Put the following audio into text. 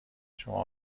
شما